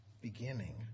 beginning